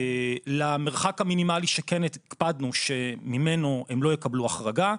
למרחק המינימלי שכן הקפדנו שממנו הם לא יקבלו החרגה,